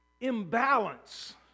imbalance